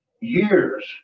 years